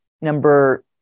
number